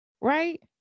right